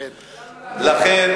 לכן,